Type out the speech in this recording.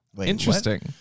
Interesting